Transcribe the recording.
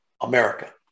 America